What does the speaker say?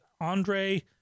Andre